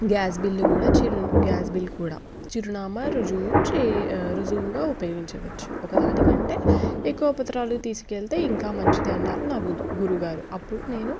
gas bill కూడా చిరు gas bill కూడా చిరునామా రుజువు రుజువుగా ఉపయోగించవచ్చు ఒకదానికంటే ఎక్కువ పత్రాలు తీసుకెళ్తే ఇంకా మంచిది అన్నారు నా గురువు గారు అప్పుడు నేను